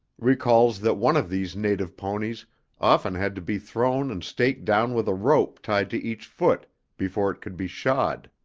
recalls that one of these native ponies often had to be thrown and staked down with a rope tied to each foot before it could be shod.